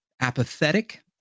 apathetic